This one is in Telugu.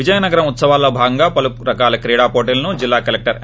విజయనగరం ఉత్సవాల్లో భాగంగా పలు రకాల క్రీడా పోటీలను జిల్లా కలెక్టర్ డా